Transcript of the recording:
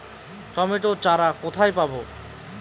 Tomato চারা কোথায় পাবো?